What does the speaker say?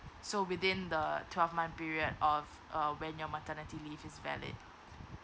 so within the twelve month period of uh when your maternity leave is valid